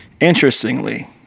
Interestingly